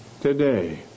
today